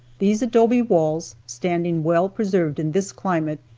these adobe walls, standing well preserved in this climate,